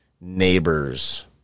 neighbors